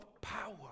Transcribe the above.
power